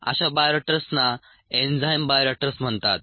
अशा बायोरेक्टर्सना enzyme bioreactors म्हणतात